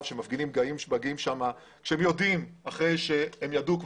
המפגינים באים לשם אחרי שהם כבר ידעו,